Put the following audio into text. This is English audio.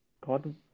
God